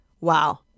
wow